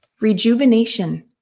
Rejuvenation